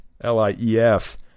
l-i-e-f